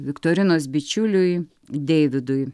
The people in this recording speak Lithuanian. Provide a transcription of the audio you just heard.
viktorinos bičiuliui deividui